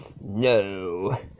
No